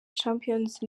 champions